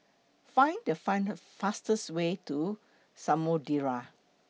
Find The Find Her fastest Way to Samudera